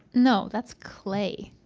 no, that's clay.